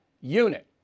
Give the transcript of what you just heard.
unit